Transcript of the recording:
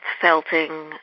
felting